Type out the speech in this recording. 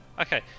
Okay